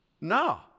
no